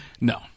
No